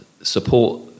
support